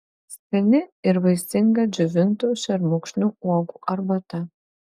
skani ir vaistinga džiovintų šermukšnio uogų arbata